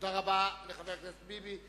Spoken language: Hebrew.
תודה רבה לחבר הכנסת ביבי.